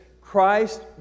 christ